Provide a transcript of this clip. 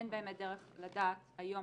אין לדעתי באמת דרך לדעת היום